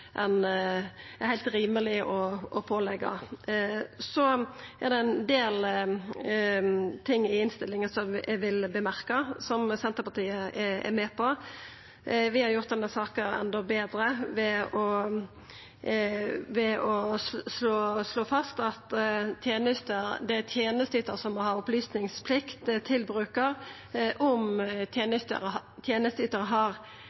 er heilt rimeleg å påleggja. Så er det ein del ting i innstillinga som eg vil nemna, som Senterpartiet er med på. Vi har gjort denne saka endå betre ved å slå fast at det er tenesteytar som har opplysningsplikt til brukar om tenesteytar har